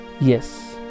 yes